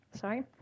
Sorry